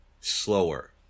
slower